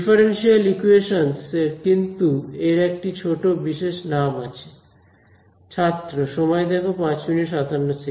differential equations কিন্তু এর একটা ছোট বিশেষ নাম আছে